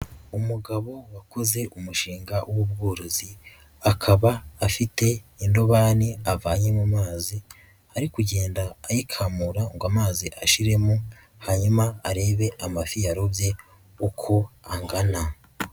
Umugabo wakoze umushinga w'ubworozi akaba afite indobani avanye mu mazi, ari kugenda ayikamura ngo amazi ashiremo hanyuma arebe amafi yarobye uko angana.